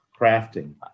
crafting